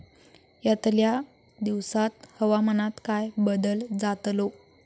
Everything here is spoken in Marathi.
यतल्या दिवसात हवामानात काय बदल जातलो?